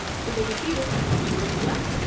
so there's a few different options here,